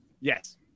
Yes